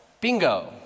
bingo